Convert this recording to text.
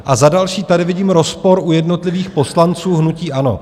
A za další, tady vidím rozpor u jednotlivých poslanců hnutí ANO.